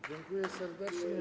Dziękuję serdecznie.